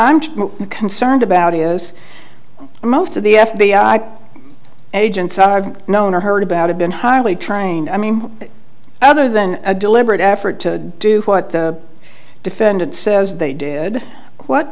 i'm concerned about is most of the f b i agents i've known or heard about have been highly trained i mean other than a deliberate effort to do what the defendant says they did what